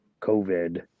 covid